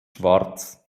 schwarz